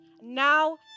now